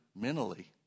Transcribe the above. mentally